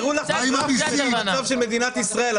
הראו לך --- את המצב של מדינת ישראל,